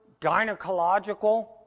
gynecological